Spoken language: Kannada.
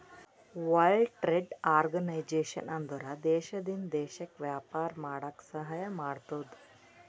ವರ್ಲ್ಡ್ ಟ್ರೇಡ್ ಆರ್ಗನೈಜೇಷನ್ ಅಂದುರ್ ದೇಶದಿಂದ್ ದೇಶಕ್ಕ ವ್ಯಾಪಾರ ಮಾಡಾಕ ಸಹಾಯ ಮಾಡ್ತುದ್